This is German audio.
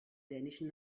dänischen